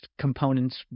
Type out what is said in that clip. components